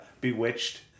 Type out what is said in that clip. bewitched